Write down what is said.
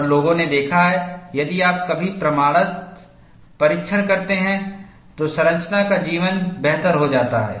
और लोगों ने देखा है यदि आप कभी प्रमाणर्थ परीक्षण करते हैं तो संरचना का जीवन बेहतर हो जाता है